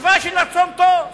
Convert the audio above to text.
מחווה של רצון טוב.